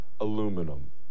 aluminum